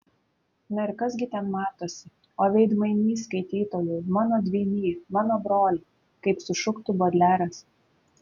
na ir kas gi ten matosi o veidmainy skaitytojau mano dvyny mano broli kaip sušuktų bodleras